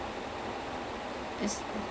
ya it's a very indian thing ya